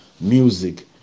music